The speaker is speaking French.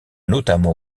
notamment